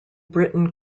britain